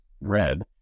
red